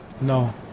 No